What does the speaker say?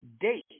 date